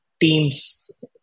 teams